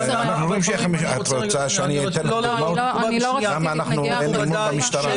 את רוצה שאני אתן לך דוגמאות למה אין אמון במשטרה?